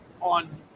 on